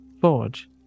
forge